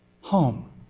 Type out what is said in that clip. home